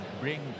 bring